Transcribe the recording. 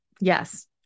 Yes